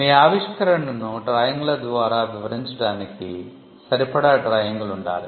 మీ ఆవిష్కరణను డ్రాయింగ్ల ద్వారా వివరించడానికి సరిపడా డ్రాయింగ్లు ఉండాలి